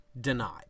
denied